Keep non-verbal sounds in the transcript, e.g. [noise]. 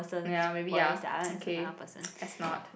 ya maybe ya [noise] okay [noise] let's not